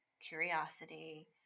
curiosity